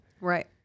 Right